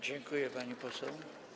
Dziękuję, pani poseł.